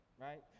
right